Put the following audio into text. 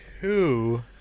Two